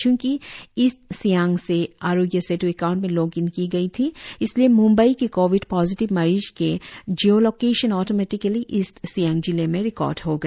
च्ंकि East Siang से Aarogya Setu account में log in की गई थी इसलिए मुंबई के कोविड पोजिटिव मरीज के जिओलॉकेशन ऑटोमेटिकेली ईस्ट सियांग जिले में रिकॉर्ड हो गया